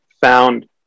found